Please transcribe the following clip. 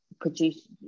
produce